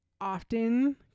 Often